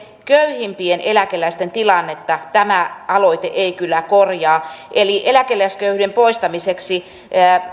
köyhimpien eläkeläisten tilannetta tämä aloite ei kyllä korjaa eli eläkeläisköyhyyden poistamiseksi